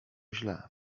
źle